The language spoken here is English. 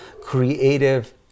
creative